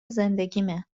زندگیمه